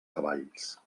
cavalls